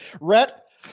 Rhett